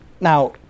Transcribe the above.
Now